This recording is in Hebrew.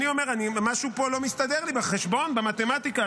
אני אומר, משהו פה לא מסתדר לי בחשבון, במתמטיקה.